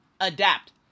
adapt